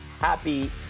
happy